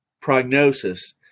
prognosis